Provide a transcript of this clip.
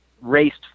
raced